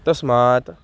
तस्मात्